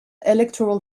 electoral